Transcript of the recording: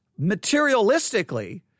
materialistically